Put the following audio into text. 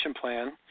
plan